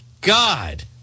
God